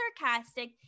sarcastic